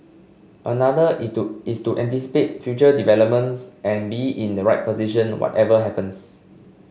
another is to is to anticipate future developments and be in the right position whatever happens